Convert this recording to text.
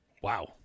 wow